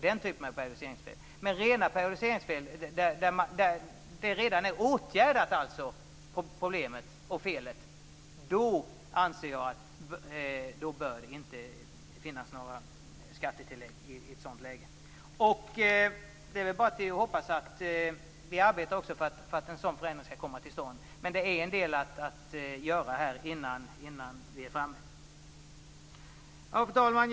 För redan åtgärdade periodiseringsfel bör det inte tas ut några skattetillägg. Vi arbetar för att en sådan förändring skall komma till stånd. Det finns en hel del att göra. Fru talman!